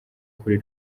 kuri